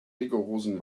rigorosen